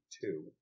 two